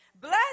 Bless